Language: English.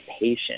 patient